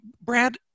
Brad